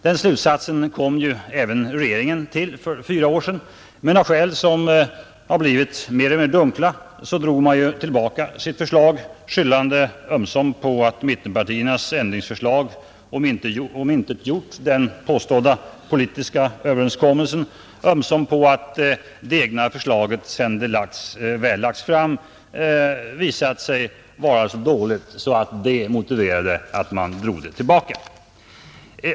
Den slutsatsen kom regeringen till för fyra år sedan, men av mer eller mindre dunkla skäl drog man tillbaka sitt förslag, skyllande ömsom på att mittenpartiernas ändringsförslag omintetgjorde en påstådd politisk överenskommelse, ömsom på att det egna förslaget sedan det väl lagts fram visat sig vara så dåligt att det motiverade att man drog det tillbaka.